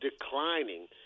declining